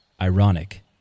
Ironic